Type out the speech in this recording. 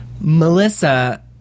Melissa